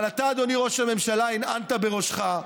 אבל אתה, אדוני ראש הממשלה, הנהנת בראשך,